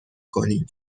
کنیم